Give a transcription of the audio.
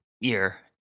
ear